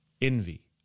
envy